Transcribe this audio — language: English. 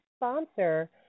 sponsor